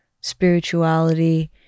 spirituality